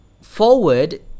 forward